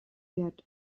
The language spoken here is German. wert